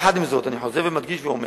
עם זאת, אני חוזר ומדגיש ואומר: